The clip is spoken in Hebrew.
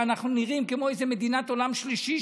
שאנחנו נראים כמו איזו מדינת עולם שלישי,